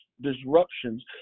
disruptions